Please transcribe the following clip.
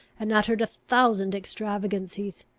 and uttered a thousand extravagancies.